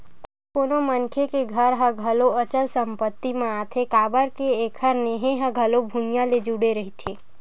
कोनो मनखे के घर ह घलो अचल संपत्ति म आथे काबर के एखर नेहे ह घलो भुइँया ले जुड़े रहिथे